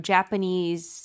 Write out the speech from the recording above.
Japanese